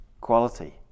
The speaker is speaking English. quality